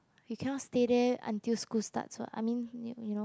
he cannot stay there until school starts [what] I mean y~ you know